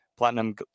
platinum